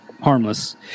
harmless